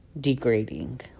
degrading